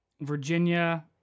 Virginia